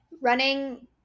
Running